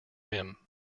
him